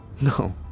No